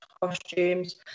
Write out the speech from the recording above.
costumes